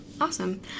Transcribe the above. Awesome